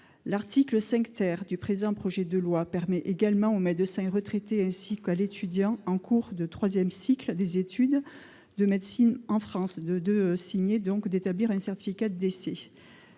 L'article 5 du présent projet de loi permet également aux médecins retraités ainsi qu'aux étudiants en cours de troisième cycle des études de médecine en France d'établir un certificat de décès.